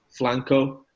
flanco